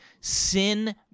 sin